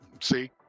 See